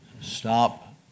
Stop